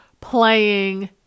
playing